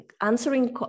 answering